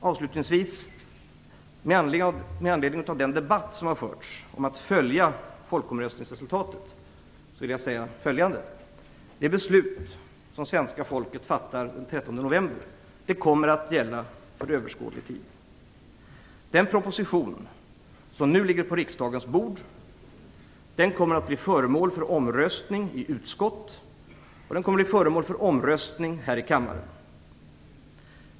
Avslutningsvis vill jag med anledning av den debatt som har förts om att följa folkomröstningsresultatet säga följande. Det beslut som det svenska folket fattar den 13 november kommer att gälla för överskådlig tid. Den proposition som nu ligger på riksdagens bord kommer att bli föremål för omröstning i utskott. Den kommer att bli föremål för omröstning här i kammaren.